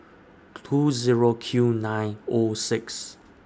two Zero Q nine O six